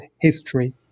History